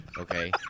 Okay